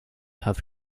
have